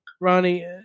Ronnie